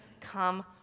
come